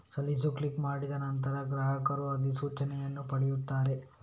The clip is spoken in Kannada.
ಸಲ್ಲಿಸು ಕ್ಲಿಕ್ ಮಾಡಿದ ನಂತರ, ಗ್ರಾಹಕರು ಅಧಿಸೂಚನೆಯನ್ನು ಪಡೆಯುತ್ತಾರೆ